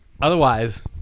otherwise